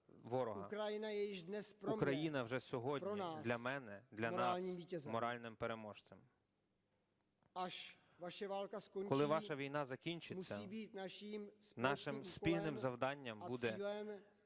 Україна вже сьогодні для мене, для нас є моральним переможцем. Коли ваша війна закінчиться, нашим спільним завданням буде